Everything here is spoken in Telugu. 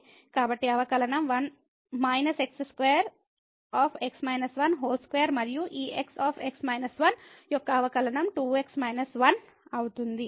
కాబట్టి అవకలనం −x2 2 మరియు ఈ x యొక్క అవకలనం 2x 1 అవుతుంది